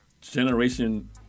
generation